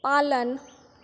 पालन